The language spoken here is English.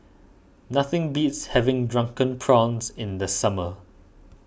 nothing beats having Drunken Prawns in the summer